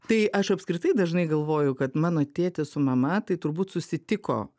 tai aš apskritai dažnai galvoju kad mano tėtis su mama tai turbūt susitiko